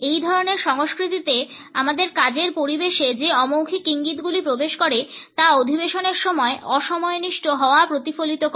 এই ধরনের সংস্কৃতিতে আমাদের কাজের পরিবেশে যে অমৌখিক ইঙ্গিতগুলি প্রবেশ করে তা অধিবেশনের সময় অ সময়নিষ্ঠ হওয়া প্রতিফলিত করে